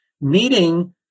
Meeting